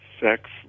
sex